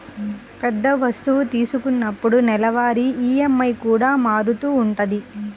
పెద్ద వస్తువు తీసుకున్నప్పుడు నెలవారీ ఈఎంఐ కూడా మారుతూ ఉంటది